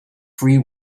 free